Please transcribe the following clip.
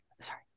sorry